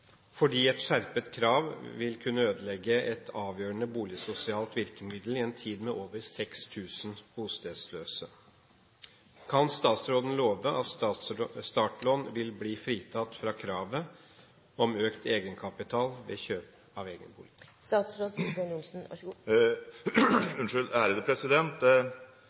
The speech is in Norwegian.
fordi et skjerpet krav ville ødelegge et avgjørende boligsosialt virkemiddel i en tid med over 6 000 bostedsløse. Kan statsråden love at startlån vil bli fritatt for kravet om økt egenkapital ved kjøp av egen bolig?»